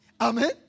Amen